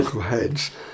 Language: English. heads